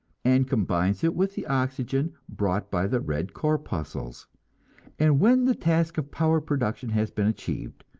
and combines it with the oxygen brought by the red corpuscles and when the task of power-production has been achieved,